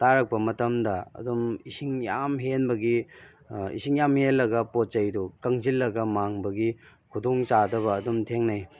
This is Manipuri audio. ꯇꯥꯔꯛꯄ ꯃꯇꯝꯗ ꯑꯗꯨꯝ ꯏꯁꯤꯡ ꯌꯥꯝ ꯍꯦꯟꯕꯒꯤ ꯏꯁꯤꯡ ꯌꯥꯝ ꯍꯦꯜꯂꯒ ꯄꯣꯠꯆꯩꯗꯨ ꯀꯪꯁꯤꯜꯂꯒ ꯃꯥꯡꯕꯒꯤ ꯈꯨꯗꯣꯡꯆꯥꯗꯕ ꯑꯗꯨꯝ ꯊꯦꯡꯅꯩ